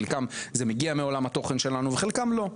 בחלקם זה מגיע מהעולם שלנו וחלקם לא,